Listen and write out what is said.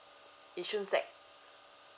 yishun sec